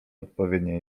odpowiednie